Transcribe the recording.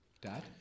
Dad